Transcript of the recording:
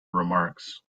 remarks